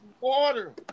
water